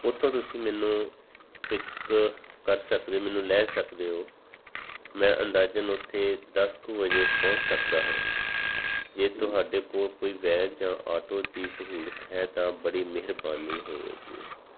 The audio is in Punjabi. ਉੱਥੋਂ ਤੁਸੀਂ ਮੈਨੂੰ ਪਿਕ ਕਰ ਸਕਦੇ ਮੈਨੂੰ ਲੈ ਸਕਦੇ ਹੋ ਮੈਂ ਅੰਦਾਜ਼ਨ ਉੱਥੇ ਦਸ ਕੁ ਵਜੇ ਪਹੁੰਚ ਸਕਦਾ ਹਾਂ ਜੇ ਤੁਹਾਡੇ ਕੋਲ ਕੋਈ ਵੈਨ ਜਾਂ ਆਟੋ ਦੀ ਸਹੂਲਤ ਹੈ ਤਾਂ ਬੜੀ ਮਿਹਰਬਾਨੀ ਹੋਵੇਗੀ